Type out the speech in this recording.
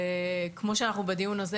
כמו שאנחנו בדיון הזה,